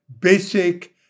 basic